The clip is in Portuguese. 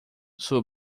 sua